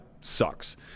sucks